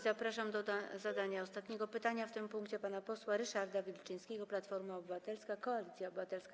Zapraszam do zadania ostatniego pytania w tym punkcie pana posła Ryszarda Wilczyńskiego, Platforma Obywatelska - Koalicja Obywatelska.